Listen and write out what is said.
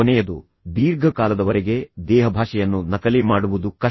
ಕೊನೆಯದು ದೀರ್ಘಕಾಲದವರೆಗೆ ದೇಹಭಾಷೆಯನ್ನು ನಕಲಿ ಮಾಡುವುದು ಕಷ್ಟ